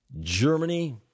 Germany